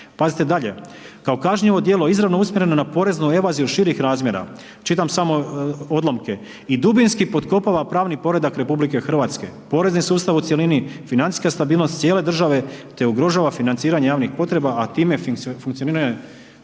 Pazite dalje. Kao kažnjivo djelo izravno usmjereno na poreznu evaziju širih razmjera, čitam samo odlomke, i dubinski potkopava pravni poredak RH, porezni sustav u cjelini, financijska stabilnost cijele države te ugrožava financiranje javnih potreba a time funkcioniranje